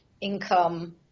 income